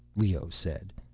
leoh said.